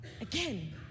again